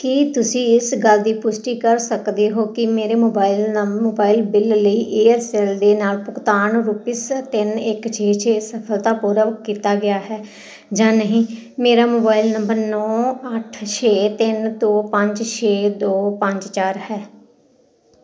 ਕੀ ਤੁਸੀਂ ਇਸ ਗੱਲ ਦੀ ਪੁਸ਼ਟੀ ਕਰ ਸਕਦੇ ਹੋ ਕਿ ਮੇਰੇ ਮੋਬਾਈਲ ਨਮ ਮੋਬਾਈਲ ਬਿੱਲ ਲਈ ਏਅਰਸੈਲ ਦੇ ਨਾਲ ਭੁਗਤਾਨ ਰੁਪਿਸ ਤਿੰਨ ਇੱਕ ਛੇ ਛੇ ਸਫਲਤਾਪੂਰਵਕ ਕੀਤਾ ਗਿਆ ਹੈ ਜਾਂ ਨਹੀਂ ਮੇਰਾ ਮੋਬਾਈਲ ਨੰਬਰ ਨੌਂ ਅੱਠ ਛੇ ਤਿੰਨ ਦੋ ਪੰਜ ਛੇ ਦੋ ਪੰਜ ਚਾਰ ਹੈ